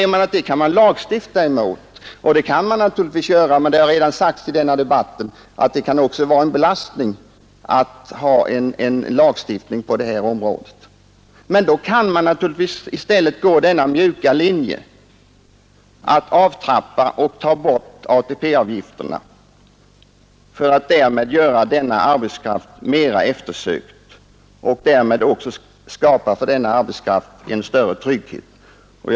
Det sägs att man kan lagstifta, och det kan man naturligtvis göra, men det har redan sagts i denna debatt att det också kan vara en belastning t.o.m. för dem man velat hjälpa att ha en tvingande lagstiftning på detta område. Då kan man naturligtvis i stället följa denna mjuka linje att avtrappa och ta bort ATP-avgifterna för att därmed göra denna arbetskraft mera eftersökt och därmed också skapa en större trygghet för den.